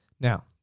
now